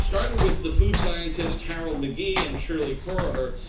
started with the food scientist harold mcgee and shirley corriher.